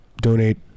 donate